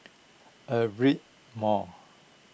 Aperia Mall